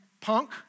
punk